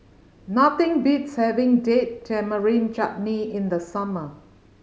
nothing beats having Date Tamarind Chutney in the summer